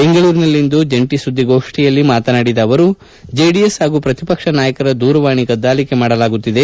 ಬೆಂಗಳೂರಿನಲ್ಲಿಂದು ಜಂಟಿ ಸುದ್ದಿಗೋಷ್ನಿಯಲ್ಲಿ ಮಾತನಾಡಿದ ಅವರು ಜೆಡಿಎಸ್ ಹಾಗೂ ಪ್ರತಿಪಕ್ಷ ನಾಯಕರ ದೂರವಾಣಿ ಕದ್ದಾಲಿಕೆ ಮಾಡಲಾಗುತ್ತಿದೆ